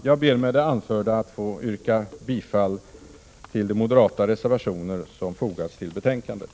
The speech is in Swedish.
Jag ber med det anförda att få yrka bifall till de moderata reservationer som har fogats till betänkandet.